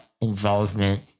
involvement